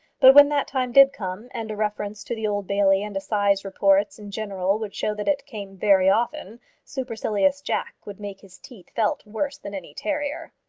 but when that time did come and a reference to the old bailey and assize reports in general would show that it came very often supercilious jack would make his teeth felt worse than any terrier.